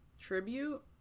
Tribute